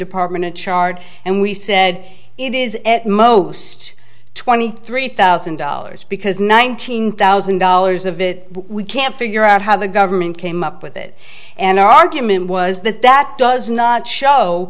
department a chart and we said it is at most twenty three thousand dollars because nineteen thousand dollars of it we can't figure out how the government came up with it and our argument was that that does not show